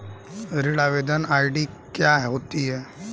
ऋण आवेदन आई.डी क्या होती है?